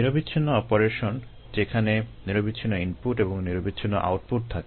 নিরবিচ্ছিন্ন অপারেশন যেখানে নিরবিচ্ছিন্ন ইনপুট এবং নিরবিচ্ছিন্ন আউটপুট থাকে